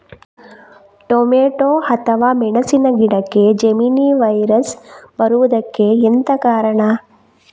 Tomato ಅಥವಾ ಮೆಣಸಿನ ಗಿಡಕ್ಕೆ ಜೆಮಿನಿ ವೈರಸ್ ಬರುವುದಕ್ಕೆ ಎಂತ ಕಾರಣ?